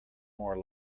more